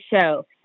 Show